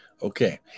Okay